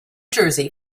jersey